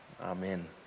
Amen